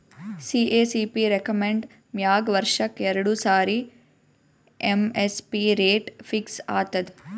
CACP recommend ಮ್ಯಾಗ್ ವರ್ಷಕ್ಕ್ ಎರಡು ಸಾರಿ ಎಮ್.ಎಸ್.ಪಿ ರೇಟ್ ಫಿಕ್ಸ್ ಆತದ್